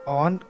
on